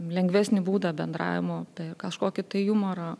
lengvesnį būdą bendravimo kažkokį tai jumorą